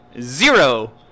Zero